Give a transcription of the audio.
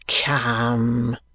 Come